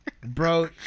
Bro